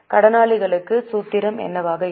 கடனாளர்களுக்கு சூத்திரம் என்னவாக இருக்கும்